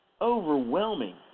overwhelming